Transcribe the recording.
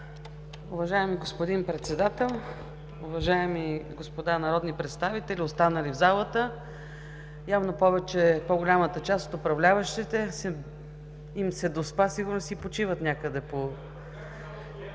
Уважаеми господин Председател, уважаеми господа народни представители, останали в залата! Явно на по-голямата част от управляващите им се доспа и сигурно си почиват някъде.